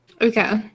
Okay